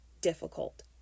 difficult